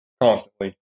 constantly